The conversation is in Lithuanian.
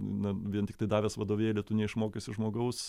na vien tiktai davęs vadovėlį tu neišmokysi žmogaus